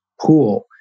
pool